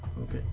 Okay